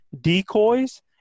decoys